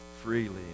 Freely